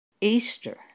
Easter